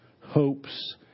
hopes